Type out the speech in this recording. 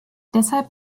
deshalb